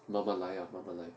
慢慢来 ah 慢慢来